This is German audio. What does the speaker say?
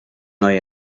neue